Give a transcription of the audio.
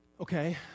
Okay